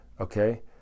Okay